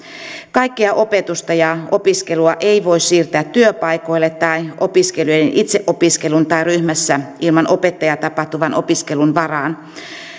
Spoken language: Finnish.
kaikkea opetusta ja opiskelua ei voi siirtää työpaikoille tai opiskelijoiden itseopiskeluun tai ryhmässä ilman opettajaa tapahtuvan opiskelun varaan